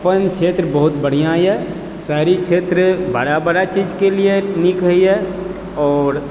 अपन क्षेत्र बहुत बढ़िआँ यऽ शहरी क्षेत्र बड़ा बड़ा चीजके लिए नीक होइए आओर